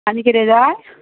आनी किदें जाय